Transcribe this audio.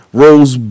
rose